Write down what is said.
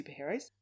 superheroes